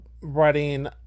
writing